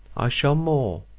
i shall more,